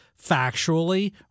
factually